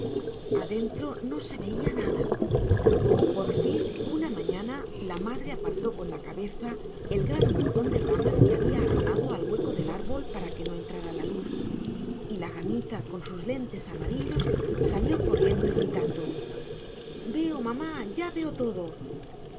adentro no se veía nada por fin una mañana la madre apartó con la cabeza el gran montón de ramas que había arrimado al hueco del árbol para que no entrara luz y la gamita con sus lentes amarillos salió corriendo y gritando veo mamá ya veo todo